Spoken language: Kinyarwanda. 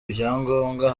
ibyangombwa